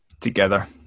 together